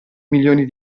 milioni